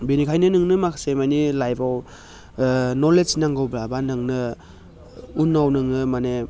बेनिखायनो नोंनो माखासे मानि लाइफआव नलेज नांगौब्ला बा नोंनो उनाव नोङो माने